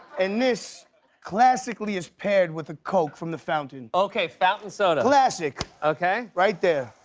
and this classically is paired with a coke from the fountain. okay, fountain soda. classic. okay. right there.